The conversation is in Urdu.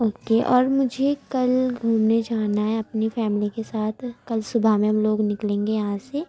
اوکے اور مجھے کل گھومنے جانا ہے اپنی فیملی کے ساتھ کل صبح میں ہم لوگ نکلیں گے یہاں سے